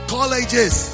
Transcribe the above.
Colleges